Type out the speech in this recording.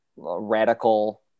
Radical